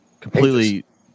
completely